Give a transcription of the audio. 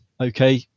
okay